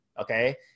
Okay